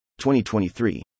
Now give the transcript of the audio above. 2023